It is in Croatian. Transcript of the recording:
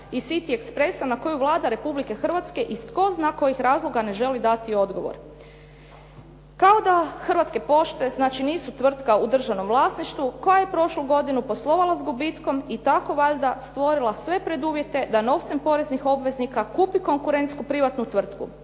i City expressa na koju Vlada Republike Hrvatske iz tko zna kojih razloga ne želi dati odgovor. Kao da Hrvatske pošte znači nisu tvrtka u državnom vlasništvu koja je prošlu godinu poslovala sa gubitkom i tako valjda stvorila sve preduvjete da novcem poreznih obveznika kupi konkurentsku privatnu tvrtku.